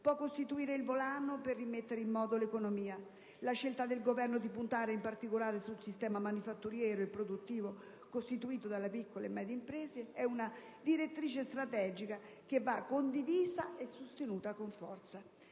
può costituire il volano per rimettere in moto l'economia. La scelta del Governo di puntare in particolare sul sistema manifatturiero e produttivo, costituito dalle piccole e medie imprese, è una direttrice strategica che va condivisa e sostenuta con forza.